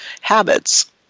habits